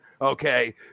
Okay